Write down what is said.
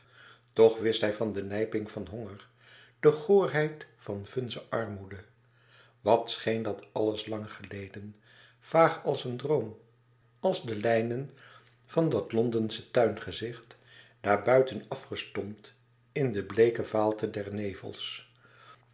toch wist hij van de nijping van honger de goorheid van vunze armoede wat scheen dat alles lang geleden vaag als een droom als de lijnen van dat londensche tuingezicht daar buiten afgestompt in de bleeke vaalte der nevels